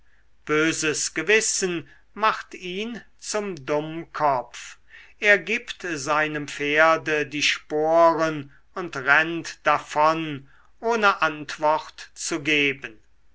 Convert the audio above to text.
böses gewissen macht ihn zum dummkopf er gibt seinem pferde die sporen und rennt davon ohne antwort zu geben